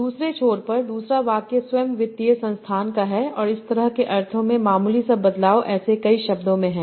दूसरे छोर पर दूसरा वाक्य स्वयं वित्तीय संस्थान का है और इस तरह के अर्थों में मामूली सा बदलाव ऐसे कई शब्दों में है